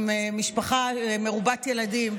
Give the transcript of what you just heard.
למשפחה מרובת ילדים,